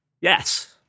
Yes